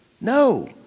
No